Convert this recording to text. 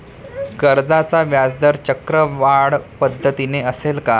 कर्जाचा व्याजदर चक्रवाढ पद्धतीने असेल का?